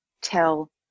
tell